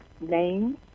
name